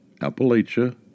Appalachia